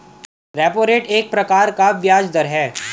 repo rate एक प्रकार का ब्याज़ दर है